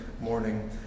morning